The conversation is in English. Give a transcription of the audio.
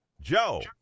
Joe